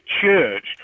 church